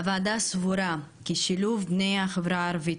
הוועדה סבורה כי שילוב בני החברה הערבית,